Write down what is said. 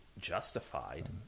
justified